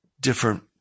different